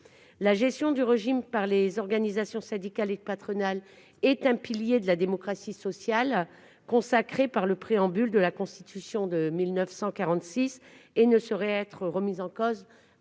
La gestion du régime par les organisations syndicales et patronales est un pilier de la démocratie sociale, consacré par le préambule de la Constitution de 1946, et ne saurait être remise en cause